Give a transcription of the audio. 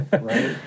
Right